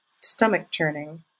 stomach-churning